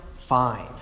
fine